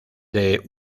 del